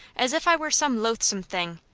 as if i were some loathsome thing!